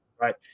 right